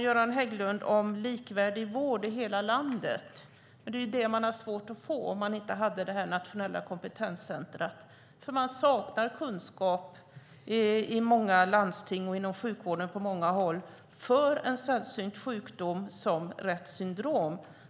Göran Hägglund talade om likvärdig vård i hela landet. Men det är det man har svårt att få om inte det nationella kompetenscentret skulle finnas. Det saknas kunskap i många landsting och inom sjukvården på många håll för en sällsynt sjukdom som Retts syndrom.